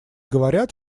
говорят